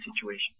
situation